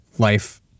life